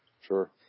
Sure